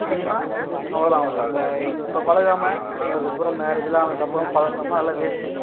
இல்லைன்னா அவ்வளோ தான் இப்போ இப்போ பழகாமல் இன்னும் இதுக்கப்பறம் மேரேஜிலாம் ஆனதுக்கப்பறம் பழகுனம்ன்னா அதெல்லாம் வேஸ்டு